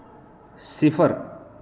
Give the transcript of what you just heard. सिफर